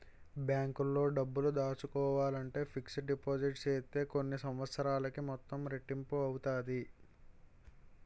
బ్యాంకులో డబ్బులు దాసుకోవాలంటే ఫిక్స్డ్ డిపాజిట్ సేత్తే కొన్ని సంవత్సరాలకి మొత్తం రెట్టింపు అవుతాది